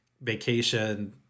vacation